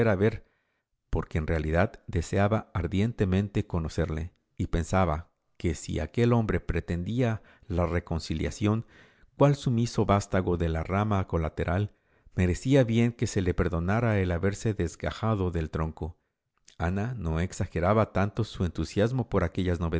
porque en realidad deseaba ardientemente conocerle y pensaba que si aquel hombre pretendía la reconciliación cual sumiso vástago de la rama colateral merecía bien que se le perdonara el haberse desgajado del tronco ana no exageraba tanto su entusiasmo por aquellas